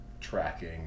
tracking